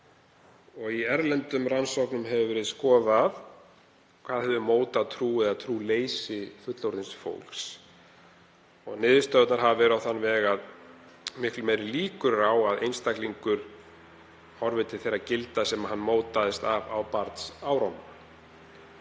sé. Í erlendum rannsóknum hefur verið skoðað hvað hafi mótað trú eða trúleysi fullorðins fólks. Niðurstöðurnar hafa verið á þann veg að miklu meiri líkur séu á að einstaklingur horfi til þeirra gilda sem hann mótaðist af á barnsárunum.